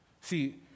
See